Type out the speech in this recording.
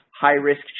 high-risk